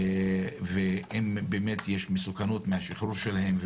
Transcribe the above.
ואם באמת יש מסוכנות מהשחרור שלהם,